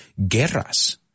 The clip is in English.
guerras